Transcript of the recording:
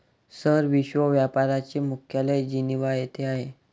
sir, विश्व व्यापार चे मुख्यालय जिनिव्हा येथे आहे